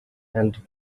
and